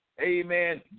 Amen